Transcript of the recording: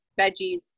veggies